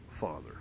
Father